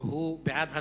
הוא בעד הסרה.